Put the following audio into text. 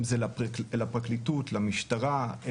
אם זה לפרקליטות, למשטרה.